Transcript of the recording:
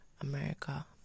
America